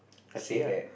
said that